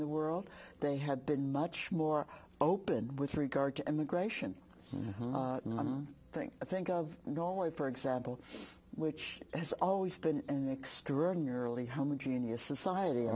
the world they have been much more open with regard to immigration thing i think of norway for example which has always been an extraordinarily homogeneous society